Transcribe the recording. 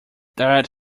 that